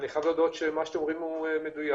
אני חייב להודות שמה שאתם אומרים הוא מדויק